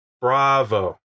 Bravo